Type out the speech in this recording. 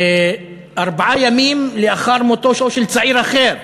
ארבעה ימים לאחר מותו של צעיר אחר,